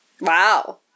Wow